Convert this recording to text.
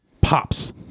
pops